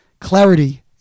clarity